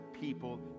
people